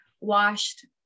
washed